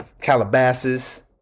Calabasas